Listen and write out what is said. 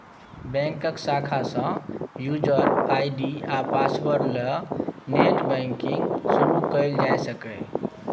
बैंकक शाखा सँ युजर आइ.डी आ पासवर्ड ल नेट बैंकिंग शुरु कयल जा सकैए